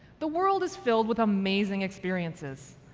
the world is filled with amazing experiences,